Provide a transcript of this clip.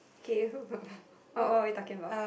K what what are we talking about